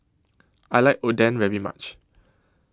I like Oden very much